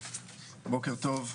בוקר טוב,